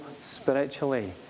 spiritually